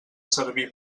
servir